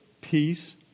peace